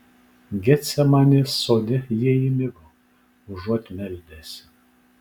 getsemanės sode jie įmigo užuot meldęsi